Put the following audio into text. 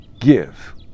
Give